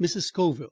mrs. scoville,